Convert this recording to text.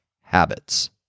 habits